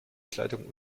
kleidung